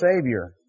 Savior